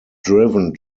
driven